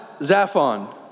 Zaphon